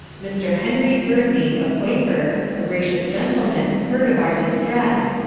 mr. henry gurdney, a quaker, a gracious gentleman heard of our distress,